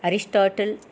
Aristotle